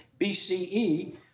BCE